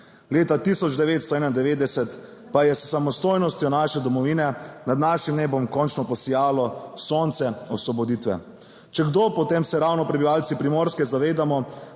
Leta 1991 pa je s samostojnostjo naše domovine nad našim nebom končno posijalo sonce osvoboditve. Če kdo, potem se ravno prebivalci Primorske zavedamo,